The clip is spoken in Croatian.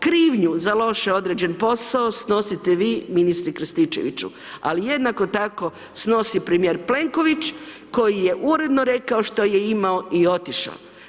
Krivnju za loše odrađen posao snosite vi ministre Krstičeviću, ali jednako tako snosi premijer Plenković koji je uredno rekao što je imao i otišao.